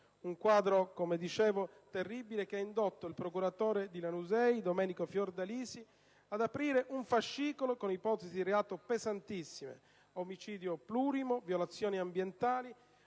Un quadro, come dicevo, terribile che ha indotto il procuratore di Lanusei, Domenico Fiordalisi, ad aprire un fascicolo con ipotesi di reato pesantissime: omicidio plurimo, violazioni ambientali,